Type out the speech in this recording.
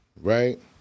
right